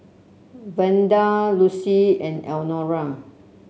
Verda Lucy and Elnora